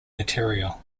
material